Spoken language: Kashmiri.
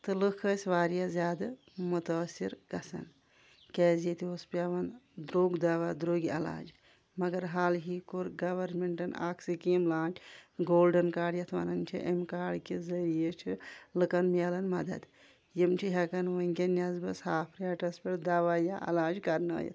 تہٕ لُکھ ٲسۍ واریاہ زیادٕ مُتٲثِر گژھان کیازِ ییٚتہِ اوس پٮ۪وان درٛوگ دَوا درٛوگۍ علاج مگر حال ہی کوٚر گورنمنٹَن اَکھ سِکیٖم لانٛچ گولڑَن کارڈ یَتھ وَنان چھِ اَمہِ کارڈ کہ ذٔریعہ چھُ لُکَن مِلان مَدَد یِم چھِ ہٮ۪کان وٕنکٮ۪ن نٮ۪صبَس ہاف ریٹَس پٮ۪ٹھ دَوا یا علاج کَرنٲیِتھ